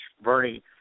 Bernie